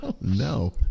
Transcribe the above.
no